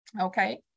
Okay